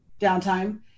downtime